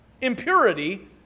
Impurity